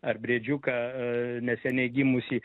ar briedžiuką neseniai gimusį